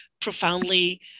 profoundly